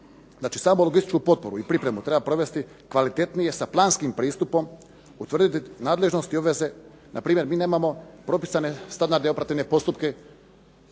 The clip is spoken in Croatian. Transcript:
Znači samu logističku potporu i pripremu treba provesti kvalitetnije sa planskim pristupom, utvrditi nadležnost i obveze. Npr. mi nemamo propisane standarde i operativne postupke,